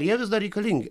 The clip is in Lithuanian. jie vis dar reikalingi